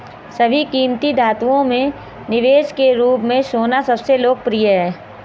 सभी कीमती धातुओं में निवेश के रूप में सोना सबसे लोकप्रिय है